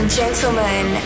gentlemen